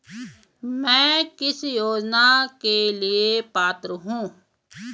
मैं किस योजना के लिए पात्र हूँ?